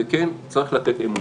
וכן, צריך לתת אמון.